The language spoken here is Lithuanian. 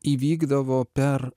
įvykdavo per